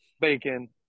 bacon